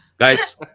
guys